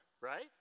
Right